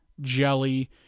jelly